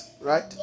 right